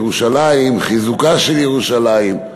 ירושלים, חיזוקה של ירושלים,